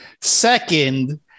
Second